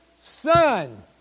Son